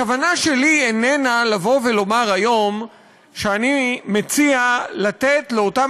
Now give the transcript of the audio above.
הכוונה שלי איננה לומר היום שאני מציע לתת לאותם